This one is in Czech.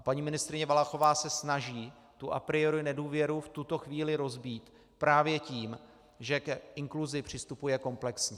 Paní ministryně Valachová se snaží tu a priori nedůvěru v tuto chvíli rozbít právě tím, že k inkluzi přistupuje komplexně.